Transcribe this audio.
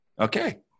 okay